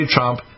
Trump